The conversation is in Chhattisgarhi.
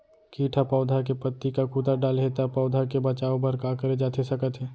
किट ह पौधा के पत्ती का कुतर डाले हे ता पौधा के बचाओ बर का करे जाथे सकत हे?